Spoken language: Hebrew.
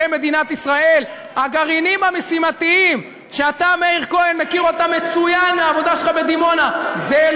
מאות פעמים שמעתי אותך מעל הדוכן הזה,